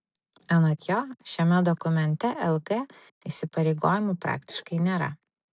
anot jo šiame dokumente lg įsipareigojimų praktiškai nėra